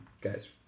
guys